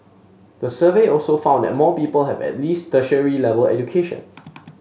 the survey also found that more people have at least tertiary level education